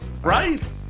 Right